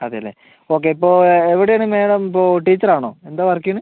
അതെ അല്ലേ ഓക്കേ ഇപ്പോൾ എവിടെയാണ് മേഡം ഇപ്പോൾ ടീച്ചർ ആണോ എന്താണ് വർക്ക് ചെയ്യുന്നത്